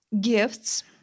gifts